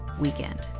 weekend